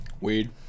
Weed